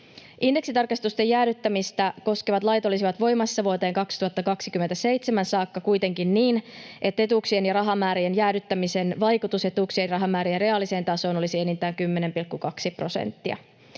Indeksitarkistusten jäädyttämistä koskevat lait olisivat voimassa vuoteen 2027 saakka, kuitenkin niin, että etuuksien ja rahamäärien jäädyttämisen vaikutus etuuksien ja rahamäärien reaaliseen tasoon olisi enintään 10,2 prosenttia.